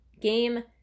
Game